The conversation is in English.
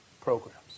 programs